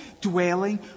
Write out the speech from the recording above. dwelling